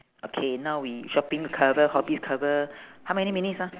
okay now we shopping cover hobbies cover how many minutes ah